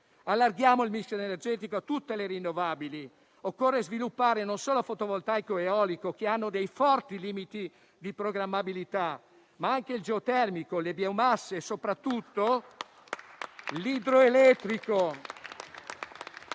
Allarghiamo il *mix* energetico a tutte le rinnovabili. Occorre sviluppare non solo fotovoltaico ed eolico - hanno forti limiti di programmabilità - ma anche il geotermico, le biomasse e soprattutto l'idroelettrico